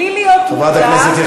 וגם בלי להיות מודע,